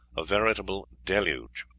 a veritable deluge.